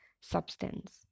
substance